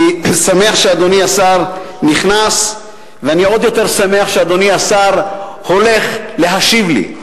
אני שמח שאדוני השר נכנס ואני עוד יותר שמח שאדוני השר הולך להשיב לי.